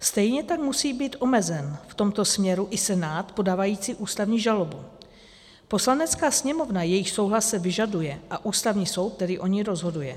Stejně tak musí být omezen v tomto směru i Senát podávající ústavní žalobu, Poslanecká sněmovna, jejíž souhlas se vyžaduje, a Ústavní soud, který o ní rozhoduje.